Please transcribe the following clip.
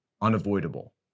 unavoidable